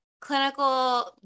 clinical